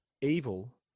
evil